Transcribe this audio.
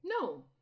No